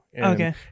okay